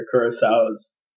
Kurosawa's